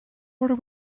order